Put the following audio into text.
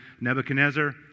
Nebuchadnezzar